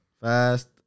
fast